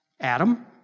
Adam